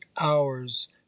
hours